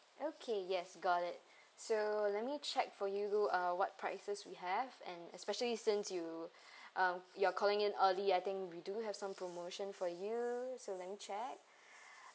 okay yes got it so let me check for you do uh what prices we have and especially since you uh you're calling in early I think we do have some promotion for you so let me check